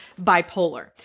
bipolar